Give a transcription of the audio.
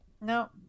No